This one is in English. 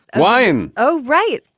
why? and oh, right.